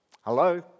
Hello